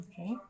Okay